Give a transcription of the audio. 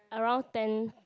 around ten